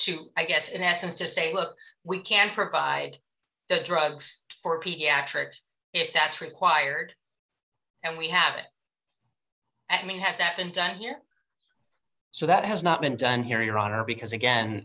to i guess in essence to say look we can provide the drugs for pediatric if that's required and we have it i mean has that been done here so that has not been done here your honor because again